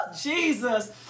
jesus